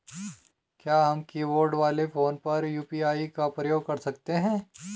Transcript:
क्या हम कीबोर्ड वाले फोन पर यु.पी.आई का प्रयोग कर सकते हैं?